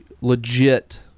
legit